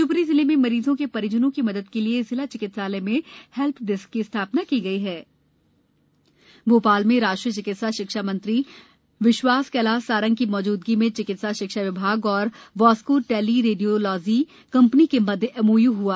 शिवप्री जिले में मरीजों के परिजनों की मदद के लिए जिला चिकित्सालय में हैल्पडेस्क की स्थापना की गयी है एमआरआई मशीन चिकित्सा शिक्षा मंत्री विश्वास कैलाश सारंग की मौजूदगी में चिकित्सा शिक्षा विभाग और वास्को टेली रेडियोलॉजी कम्पनी के मध्य एमओयू हुआ